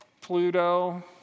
Pluto